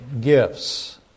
gifts